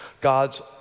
God's